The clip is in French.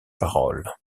paroles